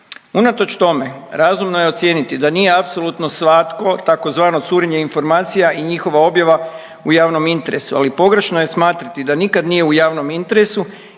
Unatoč tome razumno je ocijeniti da nije apsolutno svatko tzv. curenje informacija i njihova objava u javnom interesu, ali pogrešno je smatrati da nikad nije u javnom interesu